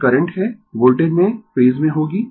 यह करंट है वोल्टेज में फेज में होगी